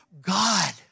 God